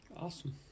Awesome